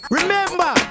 Remember